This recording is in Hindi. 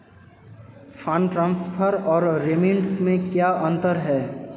फंड ट्रांसफर और रेमिटेंस में क्या अंतर है?